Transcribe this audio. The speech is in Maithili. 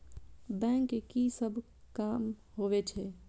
बैंक के की सब काम होवे छे?